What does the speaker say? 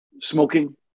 smoking